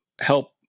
help